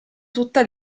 tutta